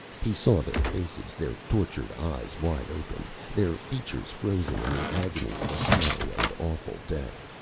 he saw their faces, their tortured eyes wide open, their features frozen in the agony of a slow and awful death.